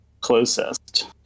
closest